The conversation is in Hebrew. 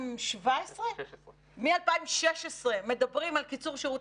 מ-2016 מדברים על קיצור שירות,